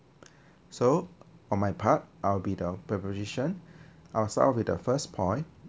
so on my part I’ll be the proposition I’ll start off with the first point